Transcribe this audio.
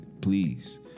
please